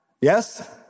yes